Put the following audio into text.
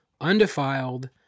undefiled